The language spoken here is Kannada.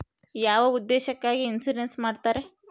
ಯಾವ ಉದ್ದೇಶಕ್ಕಾಗಿ ಇನ್ಸುರೆನ್ಸ್ ಮಾಡ್ತಾರೆ?